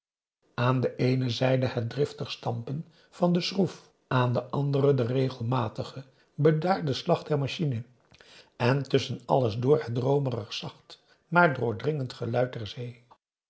aan de eene zijde het driftig stampen van de schroef aan de andere de regelmatige bedaarde slag der machine en tusschen alles door het droomerig zacht maar doordringend geluid der zee